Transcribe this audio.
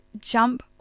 jump